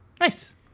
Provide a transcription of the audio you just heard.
Nice